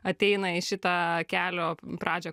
ateina į šitą kelio pradžią